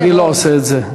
בדרך כלל אני לא עושה את זה.